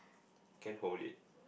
can hold it